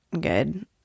good